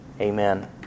Amen